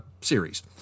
series